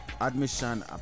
admission